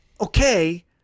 Okay